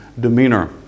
demeanor